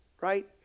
right